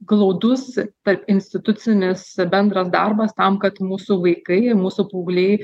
glaudus tarpinstitucinis bendras darbas tam kad mūsų vaikai mūsų paaugliai